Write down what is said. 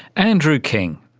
andrew king.